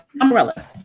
Umbrella